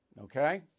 Okay